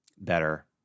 better